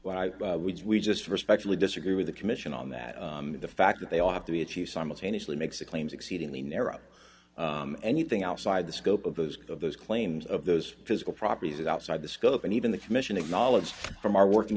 claims which we just respectfully disagree with the commission on that the fact that they all have to be achieved simultaneously makes the claims exceedingly narrow anything outside the scope of those of those claims of those physical properties outside the scope and even the commission acknowledged from our working